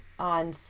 on